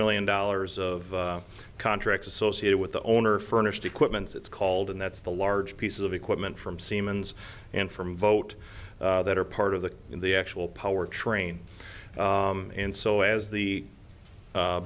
million dollars of contracts associated with the owner furnished equipment it's called and that's the large piece of equipment from siemens and from vote that are part of the in the actual power train and so as the